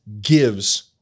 gives